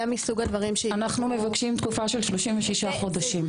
אנו מבקשים תקופה של 36 חודשים.